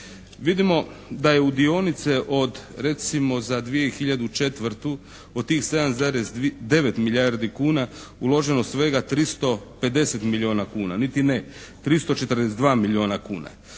Vidimo da je u dionice od recimo za 2004. od tih 7,9 milijardi kuna uloženo svega 350 milijuna kuna. Niti ne 342 milijuna kuna.